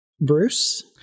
Bruce